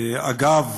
אגב,